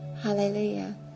Hallelujah